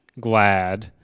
glad